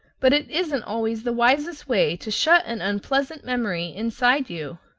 but it isn't always the wisest way to shut an unpleasant memory inside you.